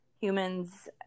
humans